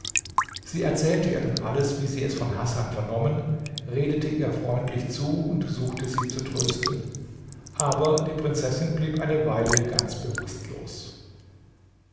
sie erzählte ihr dann alles wie sie es von hasan vernommen redete ihr freundlich zu und suchte sie zu trösten aber die prinzessin blieb eine weile ganz bewußtlos